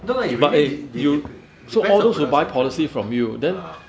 no lah you really did~ did~ that's the product sample [what] ah